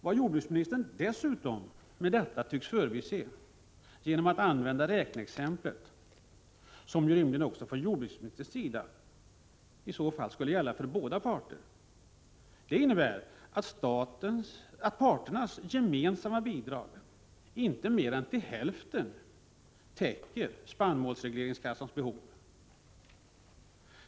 Vad jordbruksministern dessutom tycks förbise genom att använda räkneexemplet, som ju rimligen också från jordbruksministerns sida i så fall skulle gälla för båda parter, är att parternas gemensamma bidrag inte mer än till hälften täcker spannmålsregleringskassans behov.